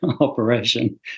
operation